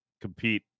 compete